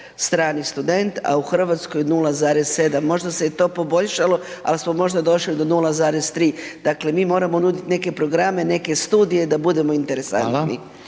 strani student a u Hrvatskoj 0,7, možda se i to poboljšalo ali smo možda došli do 0,3. Dakle, mi moramo nuditi neke programe, neke studije da budemo interesantni.